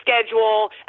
schedule